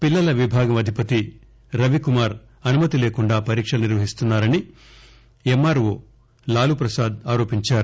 పిల్లల విభాగం అధిపతి రవికుమార్ అనుమతిలేకుండా పరీక్షలు నిర్వహించారని ఆర్ఎంవో లాలూప్రసాద్ ఆరోపించారు